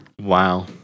Wow